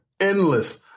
endless